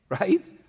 Right